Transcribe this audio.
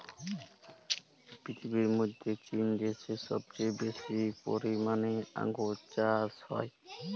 পীরথিবীর মধ্যে চীন দ্যাশে সবচেয়ে বেশি পরিমালে আঙ্গুর চাস হ্যয়